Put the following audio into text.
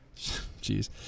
jeez